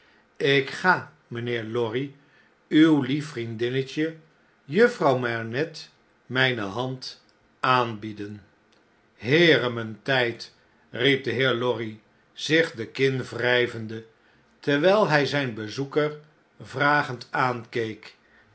ik ga mijnheer lorry uw lief vriendinnetje jufvrouw manette mpe hand aanbieden heere mijn tfjd riep de heer lorry zich de kin wrgvende terwijl hjj zyn bezoekervragend aankeek